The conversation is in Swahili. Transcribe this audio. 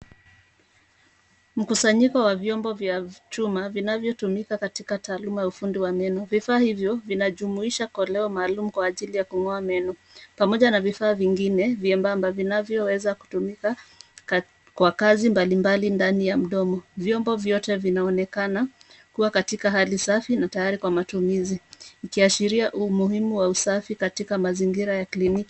Mkusanyiko wa vyombo vya chuma vinavyotumika katika taaluma ya ufundi wa meno. Vifaa hivyo vinajumuisha koleo maalum kwa ajili ya kung'oa meno. Pamoja na vifaa vingine vyembamba vinavyoweza kutumika kwa kazi mbalimbali ndani ya mdomo. Vyombo vyote vinaonekana kua katika hali safi na tayari kwa matumizi, ikiashiria umuhimu wa usafi katika mazingira ya kliniki.